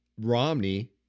Romney